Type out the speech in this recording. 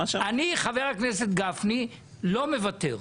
אני חבר הכנסת גפני לא מוותר,